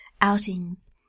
outings